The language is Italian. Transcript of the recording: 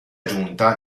giunta